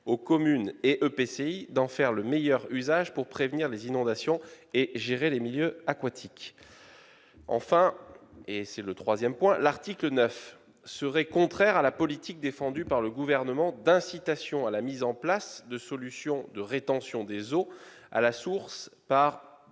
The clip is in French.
aux communes et EPCI d'en faire le meilleur usage pour prévenir les inondations et gérer les milieux aquatiques. Enfin, l'article 9 serait contraire à la politique défendue par le Gouvernement en matière d'incitation à la mise en place de solutions de rétention des eaux à la source par